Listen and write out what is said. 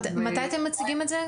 מתי אתם מציגים את זה?